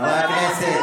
חברי הכנסת,